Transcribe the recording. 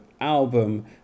album